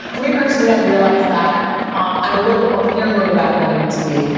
for me, personally, i've realized that i'm a little bit more paranoid about it than i need to be.